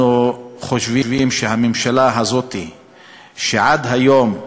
אנחנו חושבים שהממשלה הזאת עד היום,